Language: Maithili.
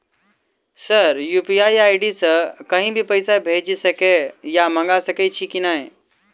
सर यु.पी.आई आई.डी सँ कहि भी पैसा भेजि सकै या मंगा सकै छी की न ई?